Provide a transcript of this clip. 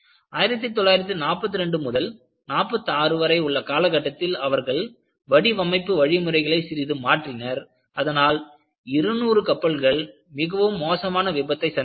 1942 முதல் 46 வரை உள்ள காலகட்டத்தில் அவர்கள் வடிவமைப்பு வழிமுறைகளை சிறிது மாற்றினர் அதனால் 200 கப்பல்கள் மிகவும் மோசமான விபத்தை சந்தித்தன